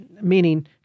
meaning